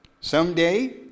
Someday